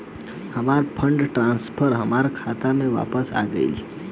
हमार fund transfer हमार खाता में वापस आ गइल